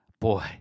Boy